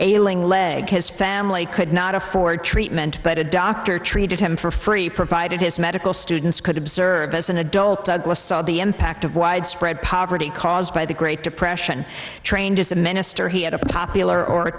ailing leg his family could not afford treatment but a doctor treated him for free provided his medical students could observe as an adult the impact of widespread poverty caused by the great depression train just a minister he had a popular or